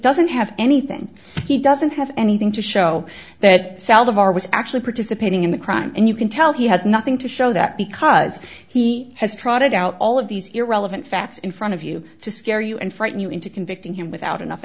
doesn't have anything he doesn't have anything to show that south of are was actually participating in the crime and you can tell he has nothing to show that because he has trotted out all of these irrelevant facts in front of you to scare you and frighten you into convicting him without enough